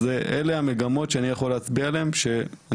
אלו המגמות שאני יכול להצביע עליהם שאני